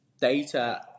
data